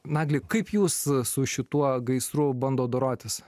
nagli kaip jūs su šituo gaisru bandot dorotis